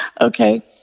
Okay